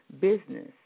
business